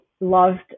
loved